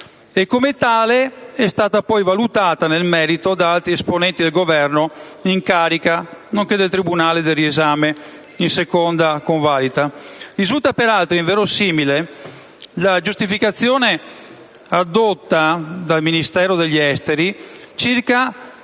come tale è stata valutata poi nel merito da altri esponenti del Governo in carica nonché dal tribunale del riesame in seconda convalida. Risulta peraltro inverosimile la giustificazione addotta dal Ministero degli affari esteri circa